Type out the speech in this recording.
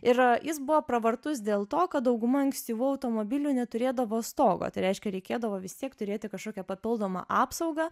ir jis buvo pravartus dėl to kad dauguma ankstyvų automobilių neturėdavo stogo tai reiškia reikėdavo vis tiek turėti kažkokią papildomą apsaugą